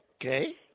Okay